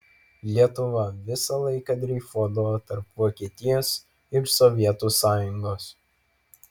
lietuva visą laiką dreifuodavo tarp vokietijos ir sovietų sąjungos